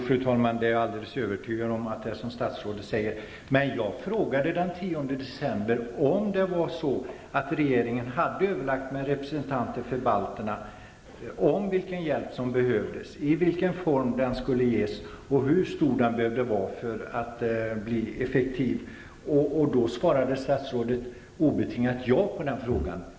Fru talman! Jag är alldeles övertygad om att det är som statsrådet säger. Men jag frågade den 10 december om regeringen hade överlagt med representanter för balterna om vilken hjälp som behövdes, i vilken form den skulle ges och hur stor den behövde vara för att bli effektiv, och då svarade statsrådet obetingat ja på frågan om sådana överläggningar hade ägt rum.